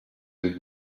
sich